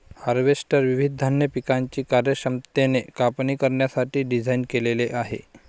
harvester विविध धान्य पिकांची कार्यक्षमतेने कापणी करण्यासाठी डिझाइन केलेले आहे